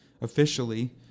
officially